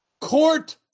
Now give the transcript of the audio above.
Court